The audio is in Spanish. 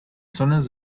zonas